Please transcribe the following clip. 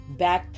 backpack